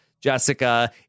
Jessica